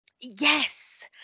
Yes